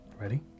Ready